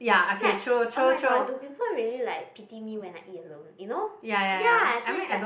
like oh-my-god do people really like pity me when I eat alone you know